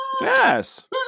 Yes